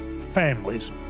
families